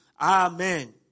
Amen